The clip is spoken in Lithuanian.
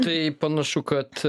tai panašu kad